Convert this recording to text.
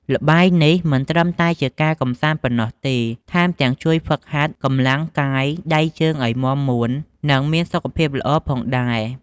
ល្បែងនេះមិនត្រឹមតែជាការកម្សាន្តប៉ុណ្ណោះទេ ថែមទាំងជួយហ្វឹកហាត់កម្លាំងកាយ ដៃជើងឲ្យមាំមួន និងមានសុខភាពល្អផងដែរ។